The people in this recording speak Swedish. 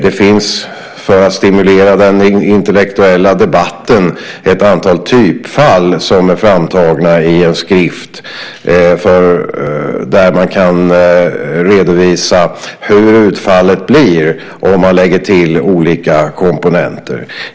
Det finns för att stimulera den intellektuella debatten ett antal typfall som är framtagna i en skrift där man kan redovisa hur utfallet blir om man lägger till olika komponenter.